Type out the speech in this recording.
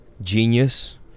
Genius